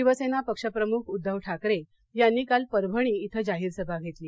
शिवसेना पक्षप्रमुख उद्धव ठाकरे यांनी काल परभणी इथ जाहीर सभा घेतली